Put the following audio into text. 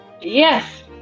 yes